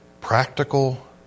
practical